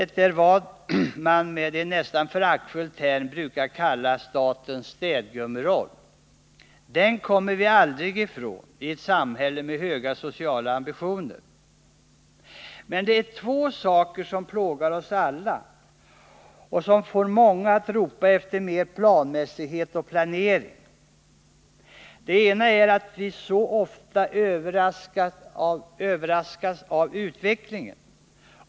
Det är vad man med en nästan föraktfull term brukar kalla statens städgummeroll. Den kommer vi aldrig ifrån i ett samhälle med höga sociala ambitioner. Men det är två saker som plågar oss alla och som får många att ropa efter mer planmässighet och planering. Det ena är att vi så ofta överraskas av utvecklingen.